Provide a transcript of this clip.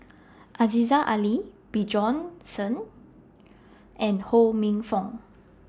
Aziza Ali Bjorn Shen and Ho Minfong